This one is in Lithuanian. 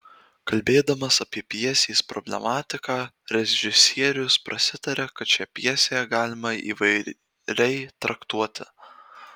kalbėdamas apie pjesės problematiką režisierius prasitaria kad šią pjesę galima įvairiai traktuoti